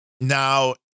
Now